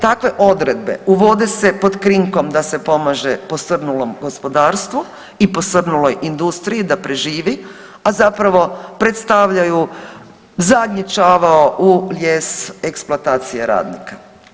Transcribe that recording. Takve odredbe uvode se pod krinkom da se pomaže posrnulom gospodarstvu i posrnuloj industriji da preživi, a zapravo predstavljaju zadnji čavao u lijes eksploatacije radnika.